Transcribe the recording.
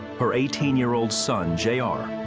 her eighteen year old son, j r,